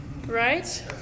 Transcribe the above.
Right